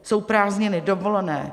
Jsou prázdniny, dovolené.